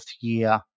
year